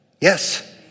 Yes